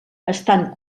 estan